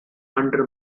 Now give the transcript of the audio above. under